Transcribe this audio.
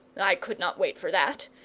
i could not wait for that.